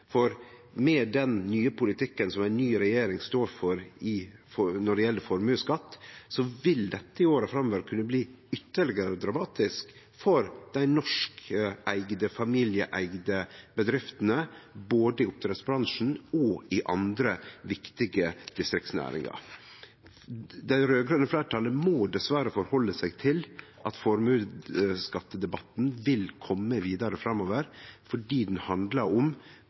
For med den nye politikken som ei ny regjering står for når det gjeld formuesskatt, vil dette i åra framover kunne bli ytterlegare dramatisk for dei norskeigde, familieeigde bedriftene, både i oppdrettsbransjen og i andre viktige distriktsnæringar. Det raud-grøne fleirtalet må dessverre forhalde seg til at formuesskattdebatten vil kome vidare framover fordi han handlar om